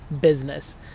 business